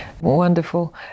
wonderful